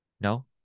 No